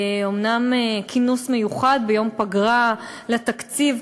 אומנם כינוס מיוחד ביום פגרה לתקציב,